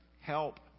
help